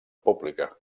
pública